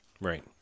Right